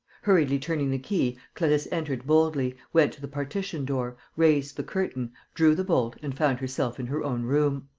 hurriedly turning the key, clarisse entered boldly, went to the partition-door, raised the curtain, drew the bolt and found herself in her own room.